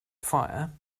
fire